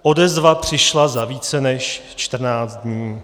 Odezva přišla za více než 14 dní.